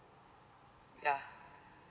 ya